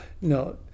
no